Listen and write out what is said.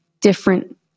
different